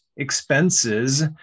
expenses